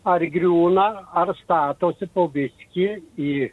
ar griūna ar statosi po biskį į